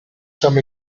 some